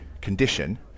condition